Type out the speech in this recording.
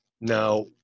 Now